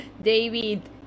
David